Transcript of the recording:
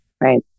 Right